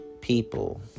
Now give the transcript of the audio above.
people